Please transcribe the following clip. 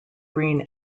green